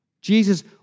Jesus